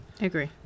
agree